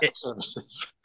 services